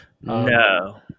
no